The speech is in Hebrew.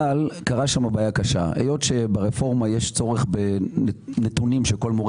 אבל הייתה שם בעיה קשה: היות וברפורמה יש צורך בנתונים שכל מורה